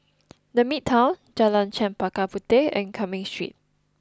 the Midtown Jalan Chempaka Puteh and Cumming Street